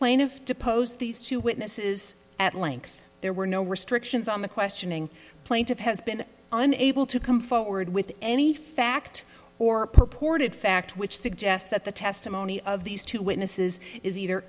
plaintiff depose these two witnesses at length there were no restrictions on the questioning plaintiff has been unable to come forward with any fact or purported fact which suggests that the testimony of these two witnesses is either